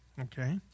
okay